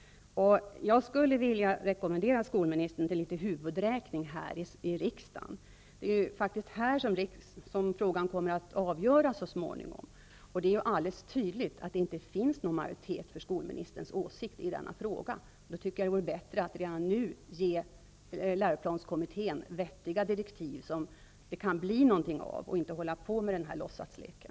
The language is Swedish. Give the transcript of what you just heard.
Jag skulle vilja rekommendera skolministern till litet huvudräkning här i riksdagen. Det är faktiskt här som frågan kommer att avgöras så småningom. Det är alldeles tydligt att det inte finns någon majoritet för skolministerns åsikt i denna fråga. Således vore det väl bättre att redan nu ge läroplanskommittén vettiga direktiv, så att det kan bli något resultat, i stället för att hålla på med den här låtsasleken.